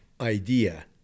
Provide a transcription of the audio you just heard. idea